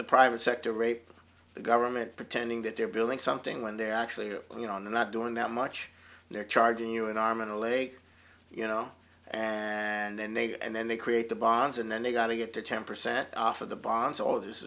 the private sector rape the government pretending that they're building something when they're actually you know not doing that much they're charging you an arm and a leg you know and then they go and then they create the bonds and then they got to get to ten percent off of the bonds all